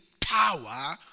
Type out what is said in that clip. power